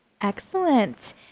Excellent